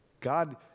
God